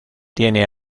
tiene